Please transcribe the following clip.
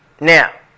Now